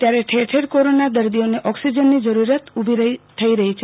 ત્યારે ઠેર ઠેર કોરોના દર્દીઓને ઑકિસજ નની જરૂરીયાત ઉભી થઈ રહી છ